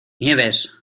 nieves